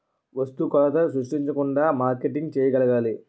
వస్తు కొరత సృష్టించకుండా మార్కెటింగ్ చేయగలగాలి